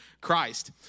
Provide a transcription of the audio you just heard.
Christ